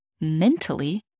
mentally